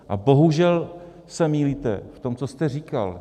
A bohužel se mýlíte v tom, co jste říkal.